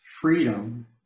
freedom